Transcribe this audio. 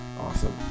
Awesome